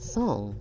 song